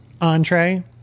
entree